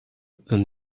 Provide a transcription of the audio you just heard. than